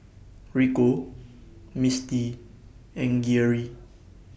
Rico Misti and Geary